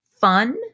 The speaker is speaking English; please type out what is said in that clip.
fun